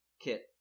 kit